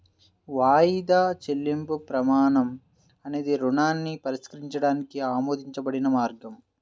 వాయిదా చెల్లింపు ప్రమాణం అనేది రుణాన్ని పరిష్కరించడానికి ఆమోదించబడిన మార్గం